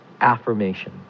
affirmation